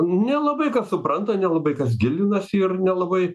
nelabai kas supranta nelabai kas gilinasi ir nelabai